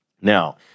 Now